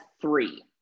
three